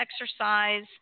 exercise